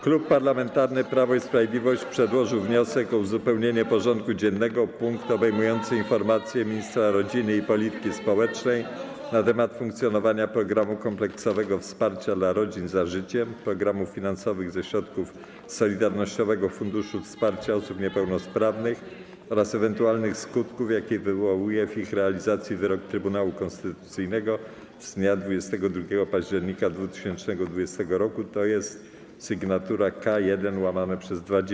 Klub Parlamentarny Prawo i Sprawiedliwość przedłożył wniosek o uzupełnienie porządku dziennego o punkt obejmujący informację ministra rodziny i polityki społecznej na temat funkcjonowania programu kompleksowego wsparcia dla rodzin „Za życiem”, programów finansowanych ze środków Solidarnościowego Funduszu Wsparcia Osób Niepełnosprawnych oraz ewentualnych skutków, jakie wywołuje w ich realizacji wyrok Trybunału Konstytucyjnego z dnia 22 października 2020 r. (sygn. K 1/20)